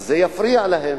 אז זה יפריע להם.